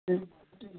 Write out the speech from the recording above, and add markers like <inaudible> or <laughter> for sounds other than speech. <unintelligible>